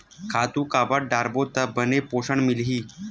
खातु काबर डारबो त बने पोषण मिलही?